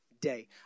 day